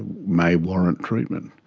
ah may warrant treatment.